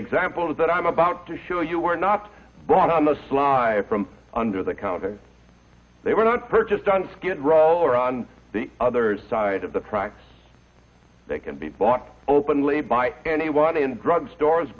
example of that i'm about to show you were not brought on the sly from under the counter they were not purchased on skid row or on the other side of the tracks they can be bought openly by anyone in drug stores